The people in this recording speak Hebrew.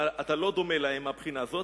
אתה לא דומה להם מהבחינה הזאת,